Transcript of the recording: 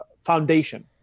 Foundation